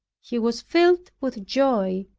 he was filled with joy,